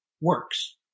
works